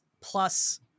Plus